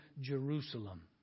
Jerusalem